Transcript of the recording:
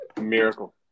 Miracle